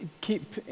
Keep